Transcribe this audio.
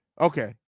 Okay